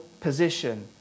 position